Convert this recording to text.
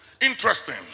Interesting